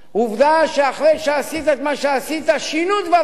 עובדה שאחרי שעשית את מה שעשית שינו דברים,